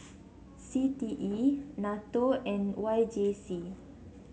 C T E NATO and Y J C